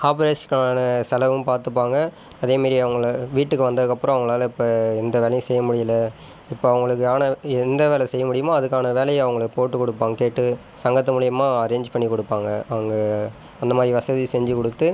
ஆப்ரேஷனுக்கான செலவும் பார்த்துப்பாங்க அதே மாரி அவங்கள வீட்டுக்கு வந்ததுக்கப்புறம் அவங்களால இப்ப எந்த வேலையும் செய்ய முடியல இப்போ அவங்களுக்கான எந்த வேலை செய்ய முடியுமோ அதுக்கான வேலையை அவர்களுக்கு போட்டு கொடுப்பாங்க கேட்டு சங்கத்து மூலயமா அரேஞ்ச் பண்ணிக் கொடுப்பாங்க அவங்க அந்த மாதிரி வசதி செஞ்சு கொடுத்து